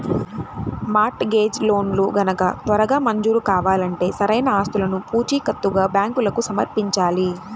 mart gauge లోన్లు గనక త్వరగా మంజూరు కావాలంటే సరైన ఆస్తులను పూచీకత్తుగా బ్యాంకులకు సమర్పించాలి